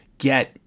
get